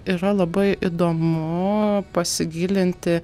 yra labai įdomu pasigilinti